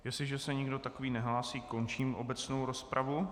Jestliže se nikdo takový nehlásí, končím obecnou rozpravu.